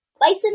bison